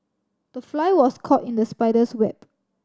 the fly was caught in the spider's web